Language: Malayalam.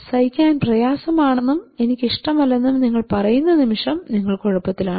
സഹിക്കാൻ പ്രയാസമാണെന്നും എനിക്ക് ഇഷ്ടമല്ലെന്നും നിങ്ങൾ പറയുന്ന നിമിഷം നിങ്ങൾ കുഴപ്പത്തിലാണ്